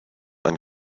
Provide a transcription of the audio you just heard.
and